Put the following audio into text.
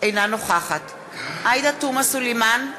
אינה נוכחת עאידה תומא סלימאן,